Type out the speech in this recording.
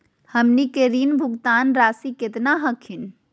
हमनी के ऋण भुगतान रासी केतना हखिन?